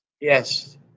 Yes